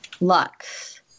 Lux